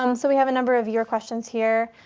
um so we have a number of your questions here.